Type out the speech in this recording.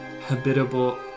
habitable